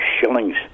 shillings